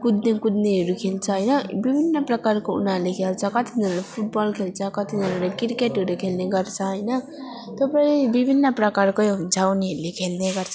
कुद्ने कुद्नेहरू खेल्छ होइन विभिन्न प्रकारको उनीहरूले खेल्छ कहाँ तिनीहरू फुट बल खेल्छ कतिजनाले क्रिकेटहरू खेल्ने गर्छ होइन थुप्रै विभिन्न प्रकारकै हुन्छ उनीहरूले खेल्ने गर्छ